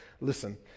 Listen